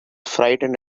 frightened